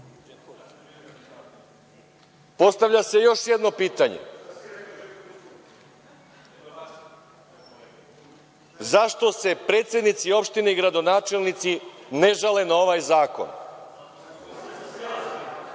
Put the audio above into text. građana. Postavlja se još jedno pitanje – zašto se predsednici opštine i gradonačelnici ne žale na ovaj zakon? Zato što ne